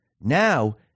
Now